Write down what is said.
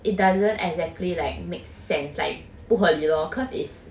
it doesn't exactly like makes sense like 不合理 lor cause it's